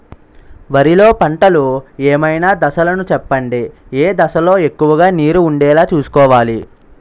వరిలో పంటలు ఏమైన దశ లను చెప్పండి? ఏ దశ లొ ఎక్కువుగా నీరు వుండేలా చుస్కోవలి?